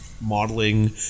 modeling